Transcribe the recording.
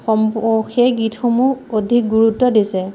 সম্পূ সেই গীতসমূহ অধিক গুৰুত্ব দিছে